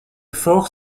fort